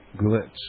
glitch